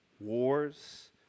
wars